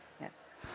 Yes